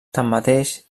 tanmateix